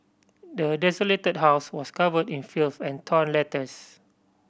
the desolated house was covered in filth and torn letters